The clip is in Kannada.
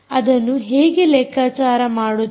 ಅದನ್ನು ಹೇಗೆ ಲೆಕ್ಕಾಚಾರ ಮಾಡುತ್ತೀರಿ